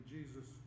Jesus